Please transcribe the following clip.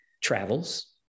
Travels